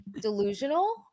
delusional